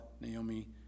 Naomi